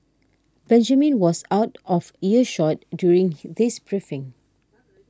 Benjamin was out of earshot during this briefing